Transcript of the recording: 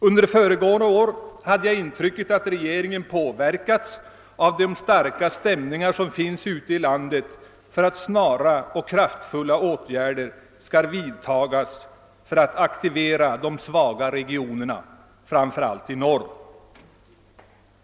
Under föregående år hade jag intrycket att regeringen påverkats av de starka stämningar som finns ute i landet för att snara och kraftfulla åtgärder skall vidtas för att aktivera de svaga regionerna framför allt i norr.